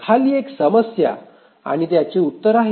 खाली एक समस्या आणि त्याचे उत्तर आहे